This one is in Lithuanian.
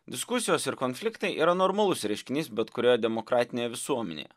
diskusijos ir konfliktai yra normalus reiškinys bet kurioje demokratinėje visuomenėje